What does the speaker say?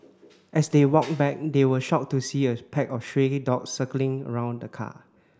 as they walked back they were shocked to see a pack of stray dogs circling around the car